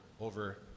over